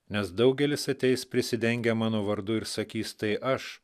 nes daugelis ateis prisidengę mano vardu ir sakys tai aš